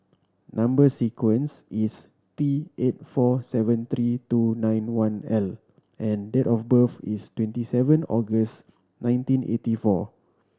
number sequence is T eight four seven three two nine one L and date of birth is twenty seven August nineteen eighty four